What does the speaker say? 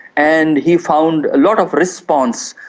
and he found a lot of response,